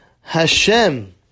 Hashem